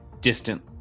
distant